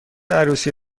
عروسی